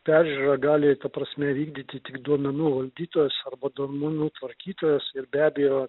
peržiūrą gali ta prasme vykdyti tik duomenų valdytojas arba duomenų tvarkytojas ir be abejo